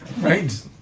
Right